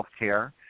healthcare